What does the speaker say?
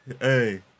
Hey